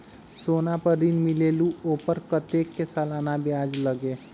सोना पर ऋण मिलेलु ओपर कतेक के सालाना ब्याज लगे?